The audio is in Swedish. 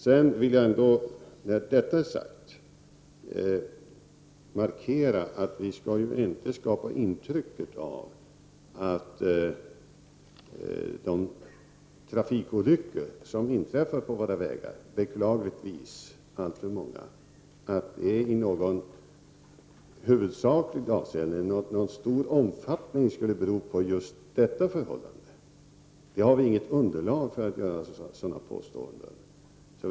När detta är sagt vill jag markera att vi inte skall skapa intryck av att de trafikolyckor — beklagligtvis alltför många — som inträffar på våra vägar i någon stor omfattning skulle bero på just detta förhållande. Vi har inget underlag för sådana påståenden.